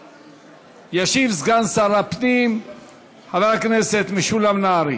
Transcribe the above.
ישיב סגן שר הפנים חבר הכנסת משולם נהרי.